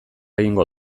egingo